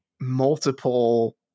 multiple